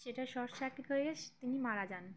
সেটা short circuit হয়ে তিনি মারা যান